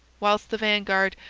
whilst the vanguard,